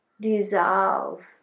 dissolve